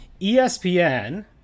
ESPN